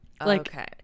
okay